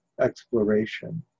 exploration